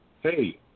hey